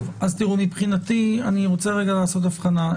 מבחינתי אני רוצה לעשות הבחנה,